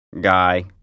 guy